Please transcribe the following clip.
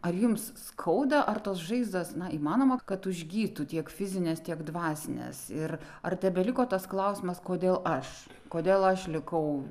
ar jums skauda ar tos žaizdos na įmanoma kad užgytų tiek fizinės tiek dvasinės ir ar tebeliko tas klausimas kodėl aš kodėl aš likau